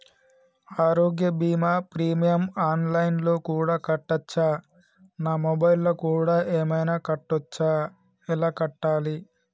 ఆరోగ్య బీమా premium online లో కూడా కట్టచ్చా? నా మొబైల్లో కూడా ఏమైనా కట్టొచ్చా? ఎలా కట్టాలి?